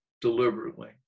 deliberately